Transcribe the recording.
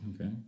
Okay